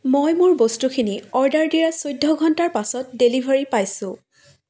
মই মোৰ বস্তুখিনি অৰ্ডাৰ দিয়াৰ চৈধ্য ঘণ্টাৰ পাছত ডেলিভাৰী পাইছোঁ